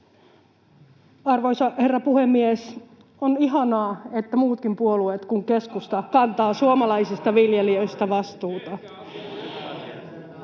Arvoisa herra puhemies! On ihanaa, että muutkin puolueet kuin keskusta kantavat suomalaisista viljelijöistä vastuuta.